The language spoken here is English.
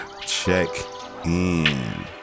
check-in